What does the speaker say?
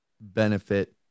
benefit